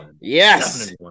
Yes